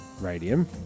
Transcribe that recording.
Radium